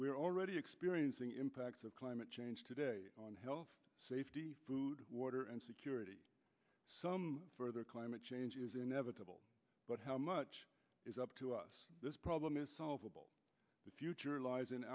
are already experiencing impacts of climate change today on health safety water and security for the climate change is inevitable but how much is up to us this problem is solvable the future lies in